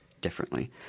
differently